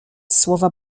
słowa